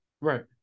Right